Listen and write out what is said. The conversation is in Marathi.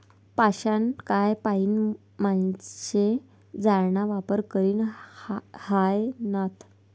पाषाणकाय पाईन माणशे जाळाना वापर करी ह्रायनात